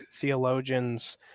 theologians